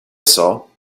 saw